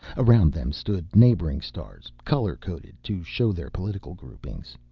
around them stood neighboring stars, color-coded to show their political groupings.